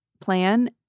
plan